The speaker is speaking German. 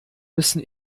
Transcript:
müssen